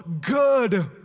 good